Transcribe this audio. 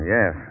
Yes